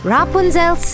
Rapunzel